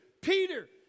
Peter